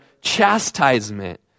chastisement